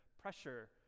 pressure